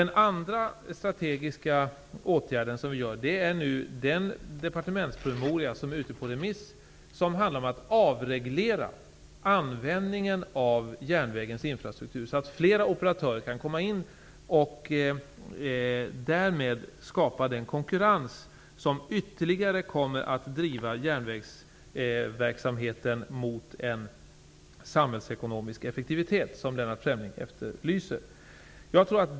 En annan aktuell strategisk åtgärd handlar om att avreglera användningen av järnvägens infrastruktur -- en departementspromemoria är nu ute på remiss -- så att fler operatörer kan komma in. Därmed skapas den konkurrens som ytterligare kan driva järnvägsverksamheten mot en samhällsekonomisk effektivitet, vilket Lennart Fremling efterlyser.